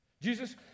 Jesus